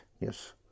yes